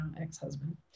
ex-husband